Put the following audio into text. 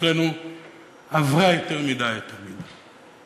אצלנו עברה יותר מדי את המידה.